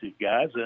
guys